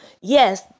yes